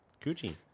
Coochie